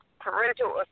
parental